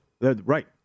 Right